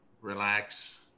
relax